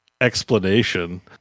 explanation